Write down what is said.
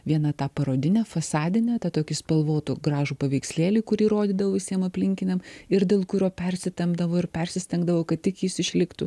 vieną tą parodinę fasadinę tą tokį spalvotų gražų paveikslėlį kurį rodydavo visiem aplinkiniam ir dėl kurio persitempdavo ir persistengdavo kad tik jis išliktų